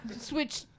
switch